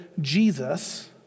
Jesus